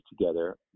together